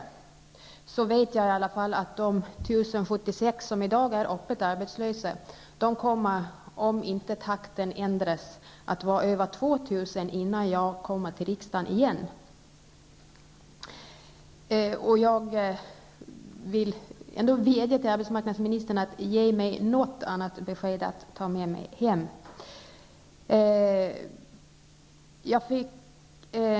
Däremot vet jag att antalet öppet arbetslösa på Gotland -- i dag är det fråga om 1 076 personer -- kommer att vara 2 000 innan jag kommer till riksdagen nästa gång om det inte blir en annan utveckling. Jag vädjar till arbetsmarknadsministern och ber om ett annat besked som jag kan ta med mig hem.